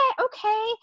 okay